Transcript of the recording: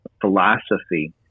philosophy